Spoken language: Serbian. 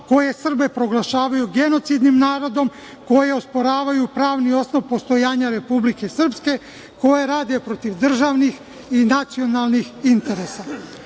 koji Srbe proglašavaju genocidnim narodom, koje osporavaju pravni osnov postojanja Republike Srpske, koje rade protiv državnih i nacionalnih interesa. Drugi